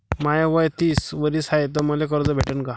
माय वय तीस वरीस हाय तर मले कर्ज भेटन का?